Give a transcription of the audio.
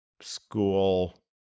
school